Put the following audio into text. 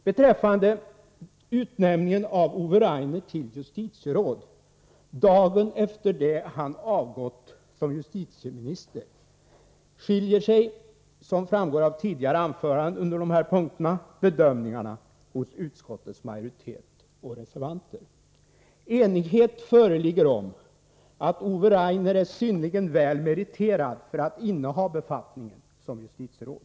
Beträffande utnämningen av Ove Rainer till justitieråd dagen efter det han avgått som justitieminister skiljer sig, som framgår av tidigare anföranden under dessa punkter, bedömningarna hos utskottets majoritet och reservanter. Enighet föreligger om att Ove Rainer är synnerligen väl meriterad för att inneha befattningen som justitieråd.